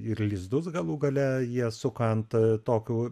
ir lizdus galų gale jie suka ant tokių